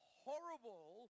horrible